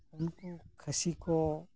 ᱟᱨ ᱩᱱᱠᱩ ᱠᱷᱟᱹᱥᱤ ᱠᱚ